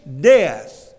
death